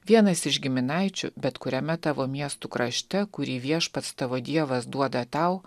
vienas iš giminaičių bet kuriame tavo miestų krašte kurį viešpats tavo dievas duoda tau